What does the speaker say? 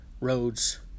roads